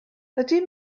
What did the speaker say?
ydy